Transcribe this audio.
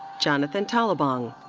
jonathan talabong.